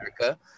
America